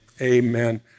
Amen